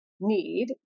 need